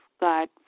God